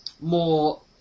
more